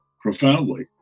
profoundly